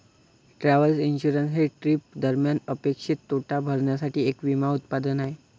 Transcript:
travel insurance हे trip दरम्यान अनपेक्षित तोटा भरण्यासाठी एक विमा उत्पादन आहे